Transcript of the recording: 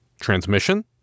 Transmission